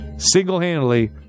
single-handedly